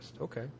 Okay